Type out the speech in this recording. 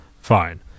Fine